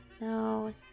No